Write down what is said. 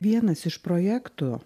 vienas iš projektų